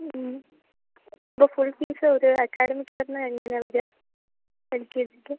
അപ്പോൾ full fees ഒരു അക്കാഡമിക്ക് ഇയറിന് എങ്ങനെയാണ് വരിക പെർ കിഡ്